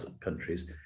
countries